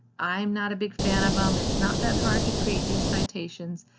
i'm not a big fan of them. it's not that hard to create these citations.